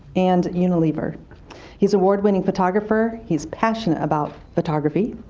and unilever he's award-winning photographer, he's passionate about photography,